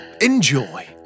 enjoy